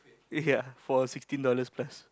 ya for sixteen dollars plus